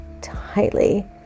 tightly